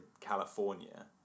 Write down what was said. california